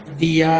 the